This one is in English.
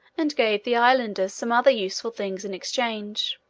and gave the islanders some other useful things in exchange.